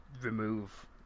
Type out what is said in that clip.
remove